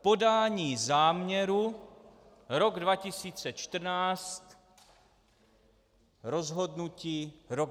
Podání záměru rok 2014, rozhodnutí rok 2014.